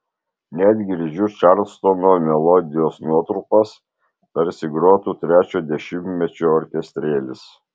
net girdžiu čarlstono melodijos nuotrupas tarsi grotų trečio dešimtmečio orkestrėlis